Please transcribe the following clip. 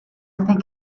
think